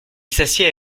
s’assied